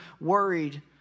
worried